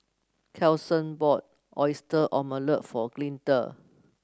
Carson bought Oyster Omelette for Glinda